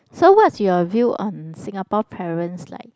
so what's your view on Singapore parents like